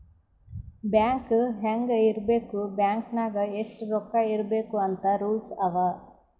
bank ಹ್ಯಾಂಗ್ ಇರ್ಬೇಕ್ bank ನಾಗ್ ಎಷ್ಟ ರೊಕ್ಕಾ ಇರ್ಬೇಕ್ ಅಂತ್ ರೂಲ್ಸ್ ಅವಾ